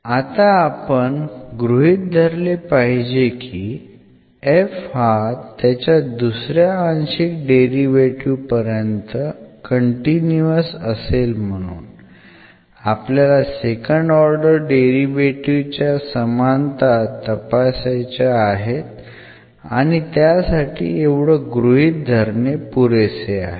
आपण आता गृहीत धरले पाहिजे की f हा त्याच्या दुसऱ्या अंशिक डेरिव्हेटीव्ह पर्यंत कंटिन्यूअस असेल म्हणून आपल्याला सेकंड ऑर्डर डेरिव्हेटीव्ह च्या समानता तपासायचा आहेत आणि त्यासाठी एवढं गृहीत धरणे पुरेसे आहे